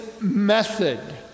method